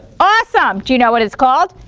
awesome. do you know what it's called?